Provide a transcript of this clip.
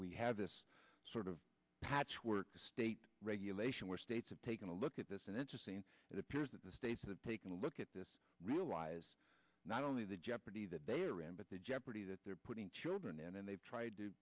we have this sort of patchwork of state regulation where states have taken a look at this in interest and it appears that the states that take a look at this realize not only the jeopardy that they are in but the jeopardy that they're putting children in and they've tried to